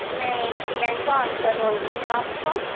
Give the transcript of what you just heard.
मैं प्रियंका औंकर बोल रही हूँ आप कौन